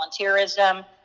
volunteerism